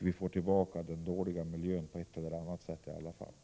Vi får tillbaka den dåliga miljön på ett eller annat sätt i alla fall.